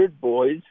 boys